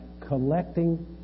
collecting